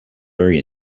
very